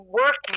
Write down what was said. work